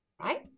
Right